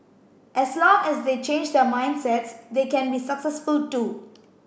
as long as they change their mindsets they can be successful too